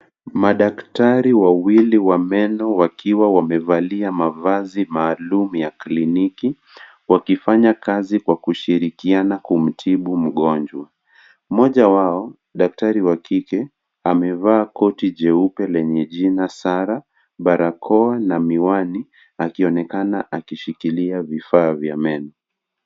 Madaktari wawili wa meno wakiwa wamevalia mavazi maalum ya kliniki, wakifanya kazi kwa kushirikiana kumtibu mgonjwa. Mmoja wao, daktari wa kike amevaa koti jeupe lenye jina Sara, barakoa na miwani akionekana akishikilia vifaa vya meno.